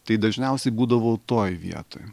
tai dažniausiai būdavau toj vietoj